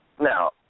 Now